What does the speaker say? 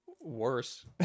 worse